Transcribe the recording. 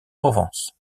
provence